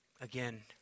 again